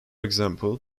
example